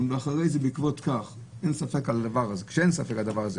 ואחר כך בעקבות כך ואין ספק בדבר הזה